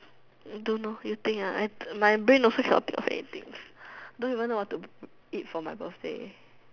don't know you think I my brain also cannot think of anything don't even know what to eat for my birthday